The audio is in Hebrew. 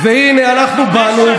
והינה אנחנו באנו,